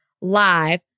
live